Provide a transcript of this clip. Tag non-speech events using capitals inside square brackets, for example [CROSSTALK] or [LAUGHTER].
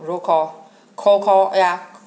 road call [BREATH] cold call ya